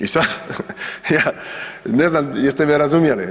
I sad ja ne znam jeste me razumjeli?